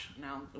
Now